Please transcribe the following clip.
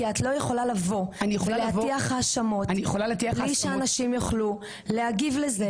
כי את לא יכולה לבוא ולהטיח האשמות בלי שאנשים יוכלו להגיב לזה,